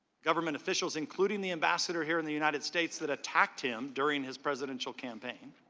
government officials including the ambassador here in the united states that attacked him during his presidential campaign.